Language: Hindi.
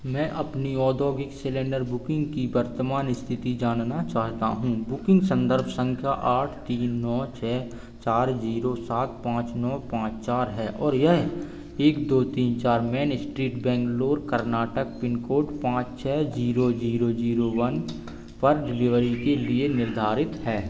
मैं अपनी औद्योगिक सिलिन्डर बुकिन्ग की वर्तमान स्थिति जानना चाहता हूँ बुकिन्ग सन्दर्भ संख्या आठ तीन नौ छः चार जीरो सात पाँच नौ पाँच चार है और यह एक दो तीन चार main street Bangalore Karnataka pin code पाँच छः जीरो जीरो जीरो वन पर डिलिबरी के लिए निर्धारित है